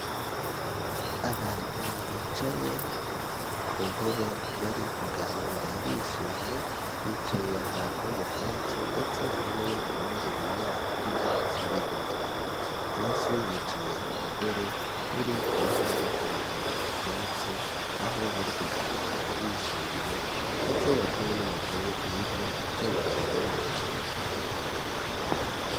Abantu bicaye ku ntebe bari kuganira bishimye, bicaye ahantu mu byatsi ndetse hari n'ibindi bimera inyuma yabo by'ibyatsi birebire, hasi hicaye umugore uri kuboha inkangara mu byatsi, aho bari kuganira bishimye ndetse bari kumwe n'umuzungu hirya uteruye umwana yamushyize ku itako.